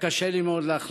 היה לי קשה מאוד להחליט: